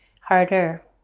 harder